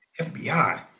FBI